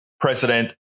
president